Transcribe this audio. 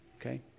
okay